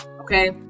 Okay